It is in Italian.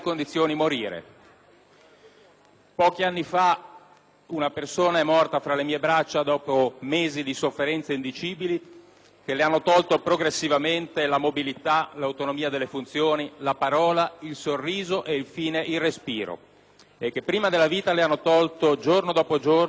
Pochi anni fa, una persona è morta tra le mie braccia dopo mesi di sofferenze indicibili che le hanno tolto progressivamente la mobilità, l'autonomia delle funzioni, la parola, il sorriso e, infine, il respiro e che, prima ancora della vita, le hanno tolto, giorno dopo giorno, la dignità della vita.